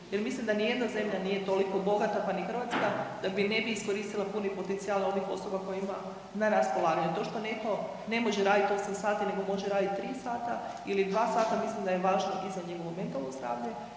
jer mislim da nijedna zemlja nije toliko bogata, pa ni Hrvatska, da bi, ne bi iskoristila puni potencijal onih osoba koje ima na raspolaganju. To što netko ne može raditi 8 sati nego može raditi 3 sata ili 2 sata, mislim da je važno i za njegovo mentalno zdravlje,